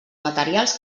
materials